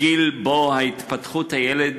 גיל שבו התפתחות הילד